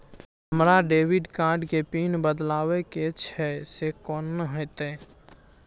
हमरा debit card के PIN बदलवा के छै से कोन होतै?